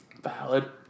Valid